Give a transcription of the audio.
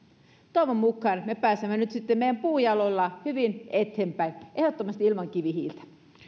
toivon mukaan me pääsemme nyt sitten meidän puujaloillamme hyvin eteenpäin ehdottomasti ilman kivihiiltä